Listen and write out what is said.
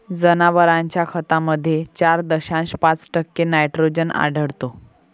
जनावरांच्या खतामध्ये चार दशांश पाच टक्के नायट्रोजन आढळतो